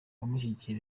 abamushyigikiye